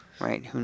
right